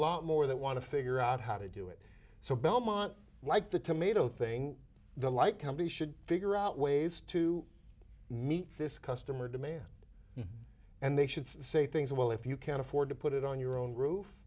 lot more that want to figure out how to do it so belmont like the tomato thing the like company should figure out ways to meet this customer demand and they should say things well if you can afford to put it on your own roof